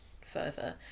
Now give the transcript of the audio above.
further